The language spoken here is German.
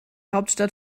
hauptstadt